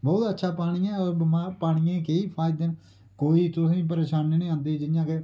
बहौत अच्छा पानी ऐ और पानियें केई फायदे न कोई तुसें परेशानी नी आंदी जियां के